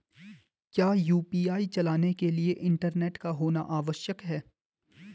क्या यु.पी.आई चलाने के लिए इंटरनेट का होना आवश्यक है?